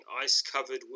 ice-covered